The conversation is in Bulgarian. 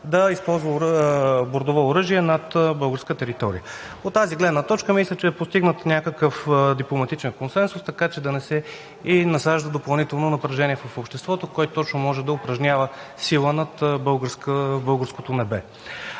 да използва бордово оръжие над българска територия. От тази гледна точка мисля, че е постигнат някакъв дипломатичен консенсус, така че да не се насажда допълнително напрежение в обществото кой точно може да упражнява сила над българското небе.